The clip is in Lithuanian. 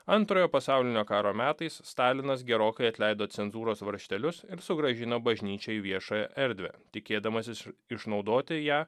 antrojo pasaulinio karo metais stalinas gerokai atleido cenzūros varžtelius ir sugrąžino bažnyčią į viešąją erdvę tikėdamasis išnaudoti ją